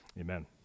Amen